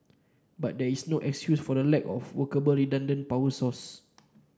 but there is no excuse for lack of workable redundant power source